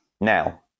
now